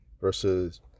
versus